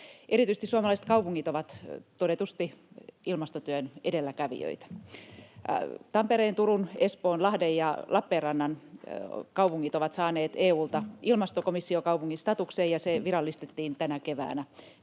Erityisesti suomalaiset kaupungit ovat todetusti ilmastotyön edelläkävijöitä. Tampereen, Turun, Espoon, Lahden ja Lappeenrannan kaupungit ovat saaneet EU:lta ilmastokomissiokaupungin statuksen, ja se asema virallistettiin tänä keväänä.